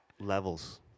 levels